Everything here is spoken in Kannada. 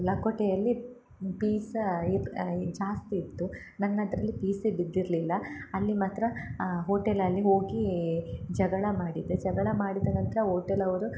ಲಕೋಟೆಯಲ್ಲಿ ಪೀಸಾ ಇ ಜಾಸ್ತಿ ಇತ್ತು ನನ್ನದರಲ್ಲಿ ಪೀಸೆ ಬಿದ್ದಿರಲಿಲ್ಲ ಅಲ್ಲಿ ಮಾತ್ರ ಆ ಹೋಟೆಲಲ್ಲಿ ಹೋಗಿ ಜಗಳ ಮಾಡಿದೆ ಜಗಳ ಮಾಡಿದ ನಂತರ ಓಟೆಲ್ ಅವರು